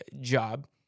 job